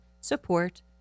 support